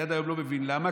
אני עד היום לא מבין למה,